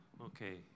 Okay